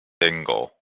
single